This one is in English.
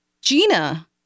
Gina